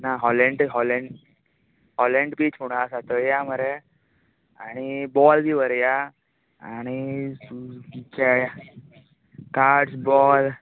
ना Holland Holland Holland beach म्हूण आसा थंय या मरे आनी बॉल बी व्हरया आनी अ चे कार्डस बॉल